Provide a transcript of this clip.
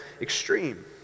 extreme